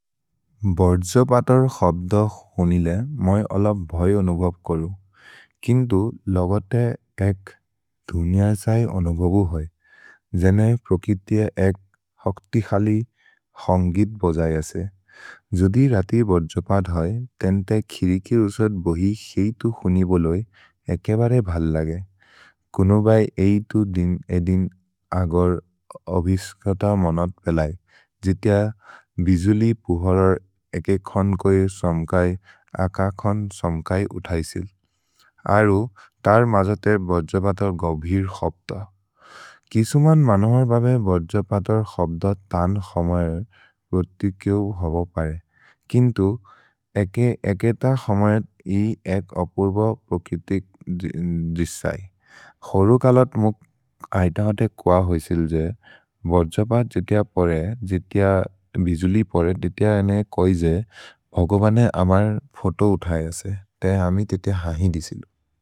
भर्जोपतर् क्सब्द क्सुनिले मए अलब् भै अनुभव् करु, किन्तु लगते एक् धुनिअ छै अनुभवु है, जेनै प्रकितिये एक् हक्ति खलि हन्गित् बजै असे। जोदि रति बर्जोपद् है, तेन् ते खिरि कि उसद् बहि सेइ तु क्सुनि बोलोइ एखे बरे भलि लगै। कुनो भै एइ तु दिन् ए दिन् अगर् अभिस्कत मनत् पेलै, जितिअ बिजुलि पुहोरर् एखे खोन् कोइर् सम्कै अक खोन् सम्कै उथैसिल्। अरु तर् मजते बर्जोपतर् गभिर् क्सब्द। किसुमन् मनोहर् बबे बर्जोपतर् क्सब्द तन् खमर् प्रोति केओ हब परे, किन्तु एखे एकेत खमर् इ एक् अपुर्व प्रकितिक् जिसै। हरु कलत् मुक् ऐत कुअ होइसिल् जे, बर्जोपत् जितिअ परे, जितिअ बिजुलि परे, जितिअ अने कोइ जे भगवने अमर् फोतो उथै असे, ते अमि जितिअ हहि दिसिलु।